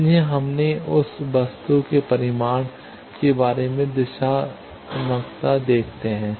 इसलिए इससे हम उस वस्तु के परिमाण के बारे में दिशादिशात्मकता देखते हैं